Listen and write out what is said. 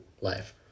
life